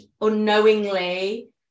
unknowingly